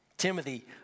Timothy